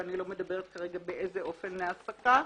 ואני לא מדברת כרגע באיזה אופני העסקה,